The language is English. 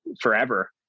forever